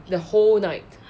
the whole night